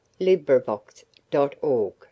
LibriVox.org